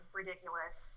ridiculous